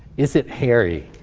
is it hairy?